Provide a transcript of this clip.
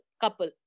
couple